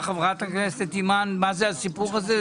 חברת הכנסת אימאן ולומר לי מה הסיפור הזה?